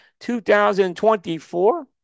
2024